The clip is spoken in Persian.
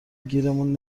گیرمون